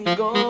go